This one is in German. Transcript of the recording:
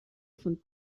von